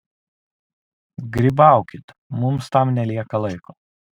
grybaukit mums tam nelieka laiko